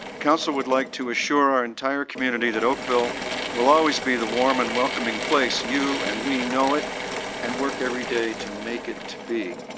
council would like to assure our entire community that oakville will always be the warm and welcoming place, you and we know it and work every day to make it to be.